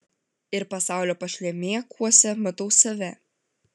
ir pasaulio pašlemėkuose matau save